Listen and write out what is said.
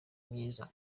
myiza